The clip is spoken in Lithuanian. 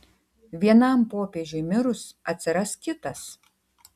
vienam popiežiui mirus atsiras kitas